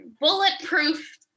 bulletproof